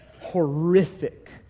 Horrific